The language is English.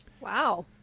Wow